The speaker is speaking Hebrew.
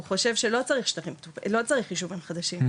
הוא חושב שלא צריך יישובים חדשים,